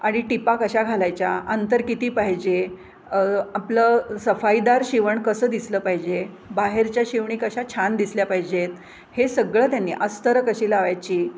आणि टिपा कशा घालायच्या अंतर किती पाहिजे आपलं सफाईदार शिवण कसं दिसलं पाहिजे बाहेरच्या शिवणी कशा छान दिसल्या पाहिजेत हे सगळं त्यांनी अस्तरं कशी लावायची